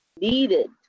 needed